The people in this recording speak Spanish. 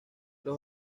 los